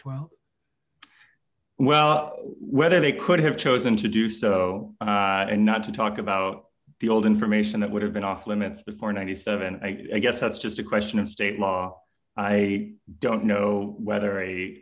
twelve well whether they could have chosen to do so and not to talk about the old information that would have been off limits before ninety seven and i guess that's just a question of state law i don't know whether a